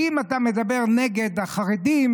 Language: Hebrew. כי אם אתה מדבר נגד החרדים,